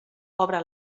obre